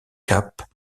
capes